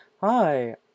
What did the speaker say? hi